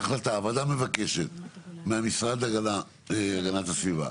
החלטה מהמשרד להגנת הסביבה